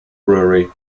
brewery